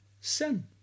sin